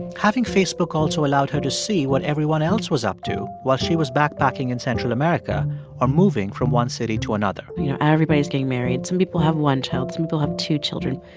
having facebook also allowed her to see what everyone else was up to while she was backpacking in central america or moving from one city to another you know, everybody is getting married. some people have one child. some people have two children.